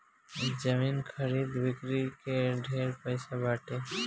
जमीन खरीद बिक्री में ढेरे पैसा बाटे